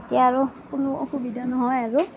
তেতিয়া আৰু কোনো অসুবিধা নহয় আৰু